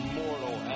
mortal